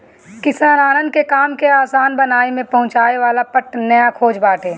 किसानन के काम के आसान बनावे में पहुंचावे वाला पट्टा नया खोज बाटे